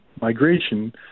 migration